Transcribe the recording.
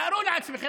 תארו לעצמכם,